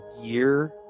year